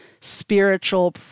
spiritual